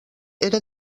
era